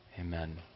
Amen